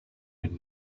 with